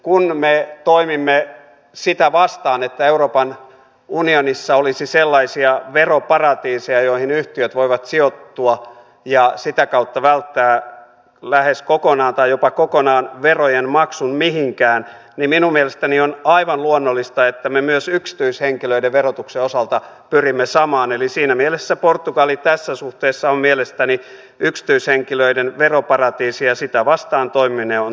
kun me toimimme sitä vastaan että euroopan unionissa olisi sellaisia veroparatiiseja joihin yhtiöt voivat sijoittua ja sitä kautta välttää lähes kokonaan tai jopa kokonaan verojen maksun mihinkään niin minun mielestäni on aivan luonnollista että me myös yksityishenkilöiden verotuksen osalta pyrimme samaan eli siinä mielessä portugali tässä suhteessa on mielestäni yksityishenkilöiden veroparatiisi ja sitä vastaan toimiminen on täysin perusteltua